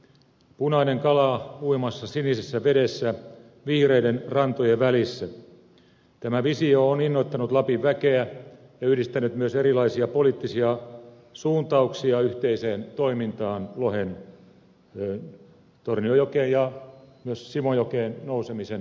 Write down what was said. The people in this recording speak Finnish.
punainen kala uimassa sinisessä vedessä vihreiden rantojen välissä tämä visio on innoittanut lapin väkeä ja yhdistänyt myös erilaisia poliittisia suuntauksia yhteiseen toimintaan lohen tornionjokeen ja myös simojokeen nousemisen puolesta